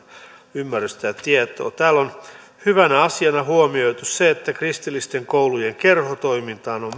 ymmärrystä ja tietoa täällä on hyvänä asiana huomioitu se että kristillisten koulujen kerhotoimintaan on